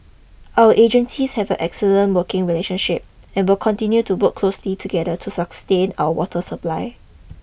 our agencies have a excellent working relationship and will continue to work closely together to sustain our water supply